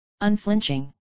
unflinching